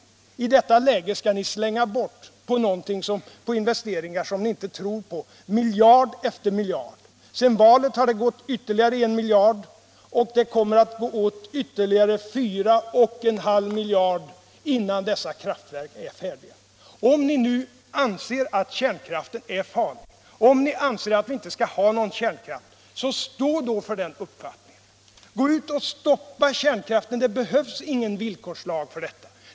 I detta läge skall ni slänga bort, på investeringar som ni inte tror på, miljard efter miljard. Sedan valet har det gått åt ytterligare en miljard och det kommer att gå åt ytterligare 4,5 miljarder innan dessa kraftverk är färdiga. Om ni nu anser att kärnkraften är farlig, om ni anser att vi inte skall ha någon kärnkraft, stå då för den uppfattningen! Gå ut och stoppa kärnkraften! Det behövs ingen villkorslag för detta.